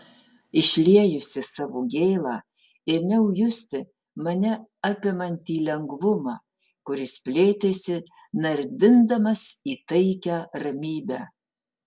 išliejusi savo gėlą ėmiau justi mane apimantį lengvumą kuris plėtėsi nardindamas į taikią ramybę